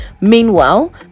Meanwhile